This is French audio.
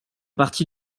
partie